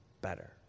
better